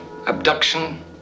abduction